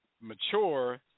Mature